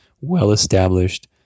well-established